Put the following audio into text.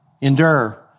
endure